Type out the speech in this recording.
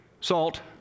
salt